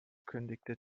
kündigte